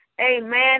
amen